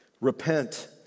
Repent